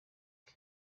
bwe